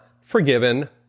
forgiven